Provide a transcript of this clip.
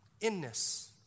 Inness